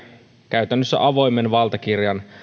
käytännössä avoimen valtakirjan